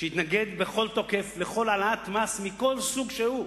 שהתנגד בכל תוקף לכל העלאת מס מכל סוג שהוא.